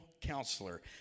Counselor